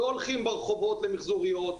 לא הולכים ברחובות למיחזוריות,